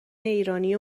ایرانی